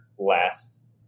last